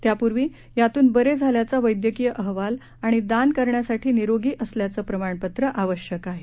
त्यापुर्वी यातून बरे झाल्याचा वैद्यकीय अहवाल आणि दान करण्यासाठी निरोगी असल्याचं प्रमाणपत्र आवश्यक आहे